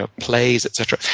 ah plays, etc.